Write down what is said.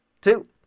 two